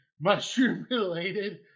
mushroom-related